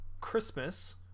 Christmas